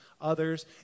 others